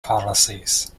policies